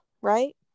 right